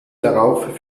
darauf